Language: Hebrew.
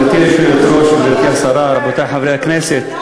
גברתי היושבת-ראש, גברתי השרה, רבותי חברי הכנסת,